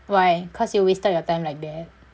why cause you wasted your time like that